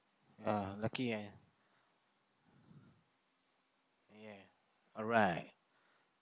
uh lucky ya ya alright